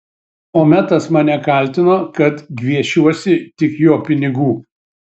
o metas mane kaltino kad gviešiuosi tik jo pinigų